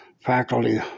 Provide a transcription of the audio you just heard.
Faculty